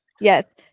yes